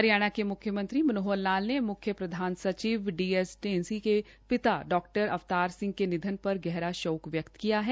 हरियाणा के म्ख्यमंत्री मनोहर लाल ने म्ख्य प्रधान सचिव डीएस ढेसी के पिता डॉ अवतार सिंह के निधन पर गहरा शोक व्यक्त किया है